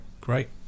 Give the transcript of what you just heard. Great